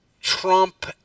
Trump